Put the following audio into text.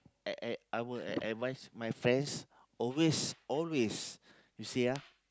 uh uh I will advice my friends always always you see ya